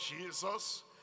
jesus